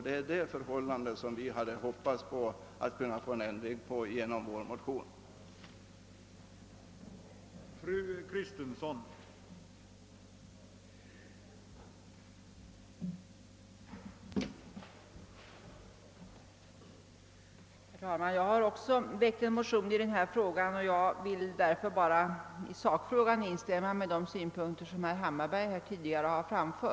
Det är detta förhållande vi hade hoppats kunna få en ändring på genom vårt motionsförslag.